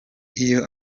iyo